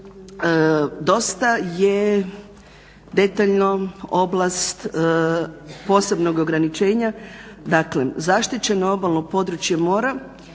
Dosta je detaljno oblast posebnog ograničenja dakle, zaštićeno obalno područje mora